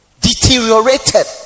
Deteriorated